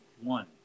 one